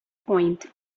point